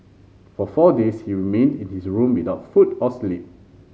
for four days he remained in his room without food or sleep